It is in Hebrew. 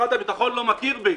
משרד הביטחון לא מכיר בי.